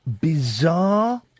bizarre